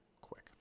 quick